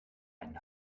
einen